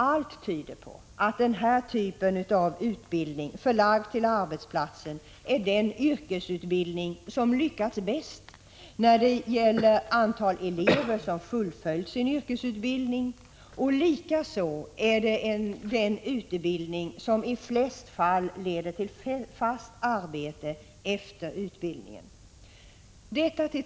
Allt tyder på att denna typ av utbildning, förlagd till arbetsplatsen, är den yrkesutbildning som lyckats bäst för de elever som fullföljt sin yrkesutbildning. Likaså är det den utbildning som i de flesta fallen leder till fast arbete direkt efter utbildningen.